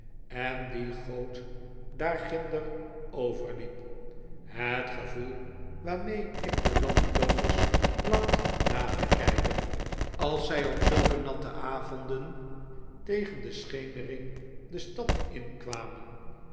en die goot daarginder overliep het gevoel waarmee ik de landloopers placht na te kijken als zij op zulke natte avonden tegen de schemering de stad inkwamen